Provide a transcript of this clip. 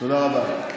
תודה רבה.